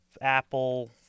Apple